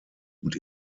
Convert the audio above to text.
und